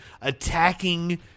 attacking